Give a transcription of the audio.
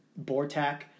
BORTAC